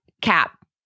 cap